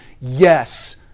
yes